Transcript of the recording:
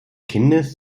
kindes